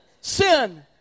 sin